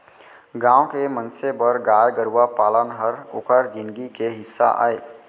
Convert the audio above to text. गॉँव के मनसे बर गाय गरूवा पालन हर ओकर जिनगी के हिस्सा अय